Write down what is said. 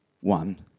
one